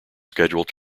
scheduled